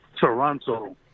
Toronto